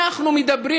אנחנו מדברים,